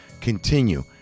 continue